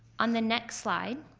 on the next slide